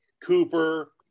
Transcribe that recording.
Cooper